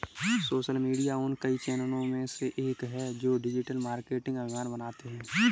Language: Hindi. सोशल मीडिया उन कई चैनलों में से एक है जो डिजिटल मार्केटिंग अभियान बनाते हैं